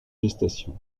gestation